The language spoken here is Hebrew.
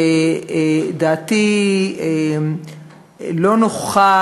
שדעתי לא נוחה,